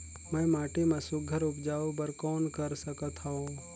मैं माटी मा सुघ्घर उपजाऊ बर कौन कर सकत हवो?